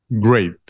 Great